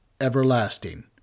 everlasting